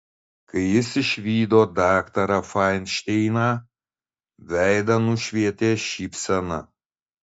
kai jis išvydo daktarą fainšteiną veidą nušvietė šypsena